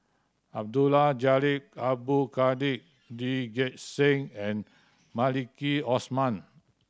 Abdul Jalil Abdul Kadir Lee Gek Seng and Maliki Osman